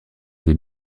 des